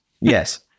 Yes